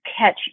catch